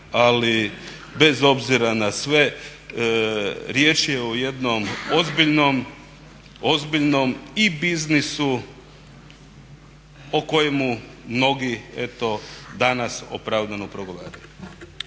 ali bez obzira na sve riječ je o jednom ozbiljnom i biznisu o kojemu mnogi eto danas opravdano progovaraju.